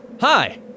Hi